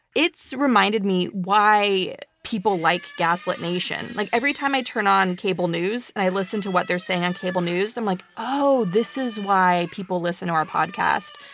it's reminded me why people like gaslit nation. like every time i turn on cable news, and i listen to what they're saying on cable news, i'm like, oh, this is why people listen to our podcast.